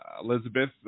Elizabeth